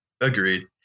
Agreed